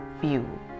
View